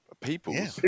people